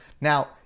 Now